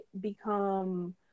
become